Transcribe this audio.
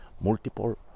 multiple